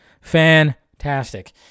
fantastic